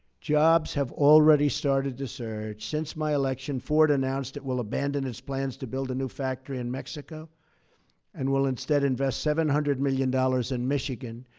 jobs have already started to surge. since my election, ford announced it will abandon its plans to build a new factory in mexico and will instead invest seven hundred million dollars in michigan,